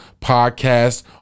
podcast